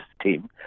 team